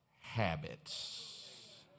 habits